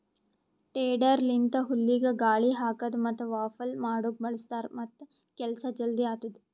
tedder ಲಿಂತ ಹುಲ್ಲಿಗ ಗಾಳಿ ಹಾಕದ್ ಮತ್ತ ವಾಫಲ್ ಮಾಡುಕ್ ಬಳ್ಸತಾರ್ ಮತ್ತ ಕೆಲಸ ಜಲ್ದಿ ಆತ್ತುದ್